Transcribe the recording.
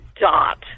dot